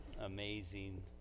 amazing